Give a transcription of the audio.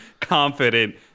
confident